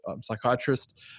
psychiatrist